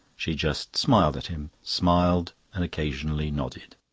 she just smiled at him, smiled and occasionally nodded.